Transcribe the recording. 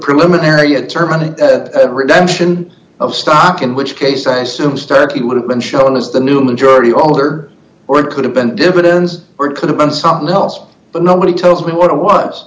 preliminary attorney redemption of stock in which case i assume starkey would have been shown as the new majority owner or it could have been dividends or it could have been something else but nobody tells me what it was